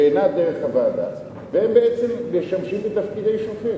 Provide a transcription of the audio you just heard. שאינה דרך הוועדה, והם בעצם משמשים בתפקידי שופט,